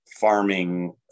farming